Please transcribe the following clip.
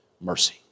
mercy